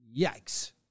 Yikes